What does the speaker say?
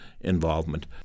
involvement